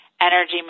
energy